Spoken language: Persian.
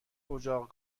اجاق